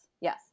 yes